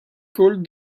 called